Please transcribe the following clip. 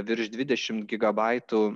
virš dvidešimt gigabaitų